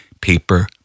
paper